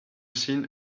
seen